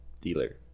dealer